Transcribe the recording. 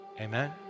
Amen